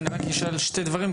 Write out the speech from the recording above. אני אשאל רק שני דברים,